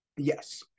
Yes